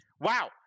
wow